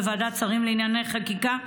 בוועדת שרים לענייני חקיקה,